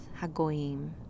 Hagoyim